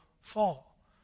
fall